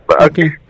okay